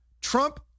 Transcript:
Trump